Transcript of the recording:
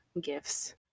gifts